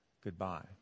goodbye